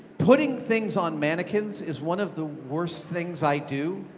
putting things on mannequins is one of the worst things i do.